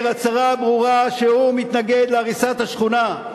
הצהרה ברורה שהוא מתנגד להריסת השכונה.